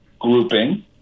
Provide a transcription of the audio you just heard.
grouping